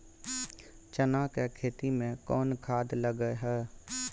चना के खेती में कोन खाद लगे हैं?